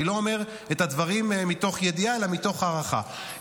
אני לא אומר את הדברים מתוך ידיעה אלא מתוך הערכה,